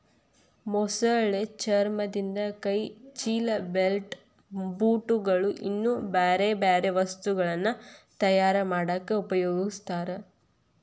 ಮೊಸಳೆ ಚರ್ಮದಿಂದ ಕೈ ಚೇಲ, ಬೆಲ್ಟ್, ಬೂಟ್ ಗಳು, ಇನ್ನೂ ಬ್ಯಾರ್ಬ್ಯಾರೇ ವಸ್ತುಗಳನ್ನ ತಯಾರ್ ಮಾಡಾಕ ಉಪಯೊಗಸ್ತಾರ